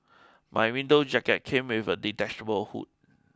my winter jacket came with a detachable hood